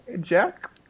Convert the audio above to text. Jack